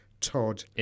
Todd